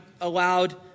allowed